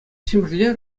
ҫӗмӗрле